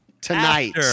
tonight